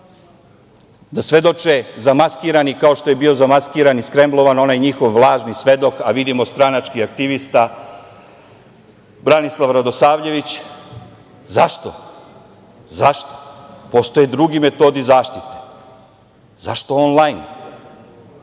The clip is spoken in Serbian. da svedoče zamaskirani kao što je bio zamaskiran i skremblovan onaj njihov lažni svedok, a vidimo, stranački aktivista Branislav Radosavljević. Zašto? Postoje drugi metodi zaštite. Zašto onlajn?